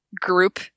Group